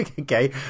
Okay